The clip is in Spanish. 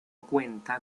cuenta